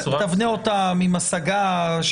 תבנה אותן עם השגה.